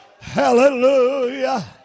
Hallelujah